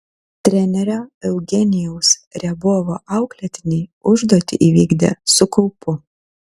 trenerio eugenijaus riabovo auklėtiniai užduotį įvykdė su kaupu